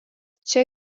čia